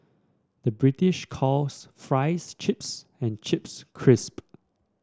the British calls fries chips and chips crisp